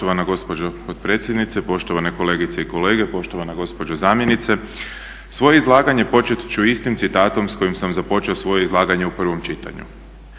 Poštovana gospođo potpredsjednice, poštovane kolegice i kolege, poštovana gospođo zamjenice. Svoje izlaganje počet ću istim citatom s kojim sam započeo svoje izlaganje u prvom čitanju: